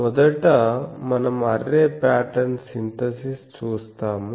మొదట మనం array pattern synthesis చూస్తాము